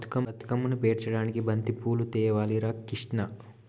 బతుకమ్మను పేర్చడానికి బంతిపూలు తేవాలి రా కిష్ణ